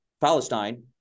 Palestine